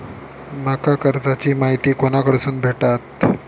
माका कर्जाची माहिती कोणाकडसून भेटात?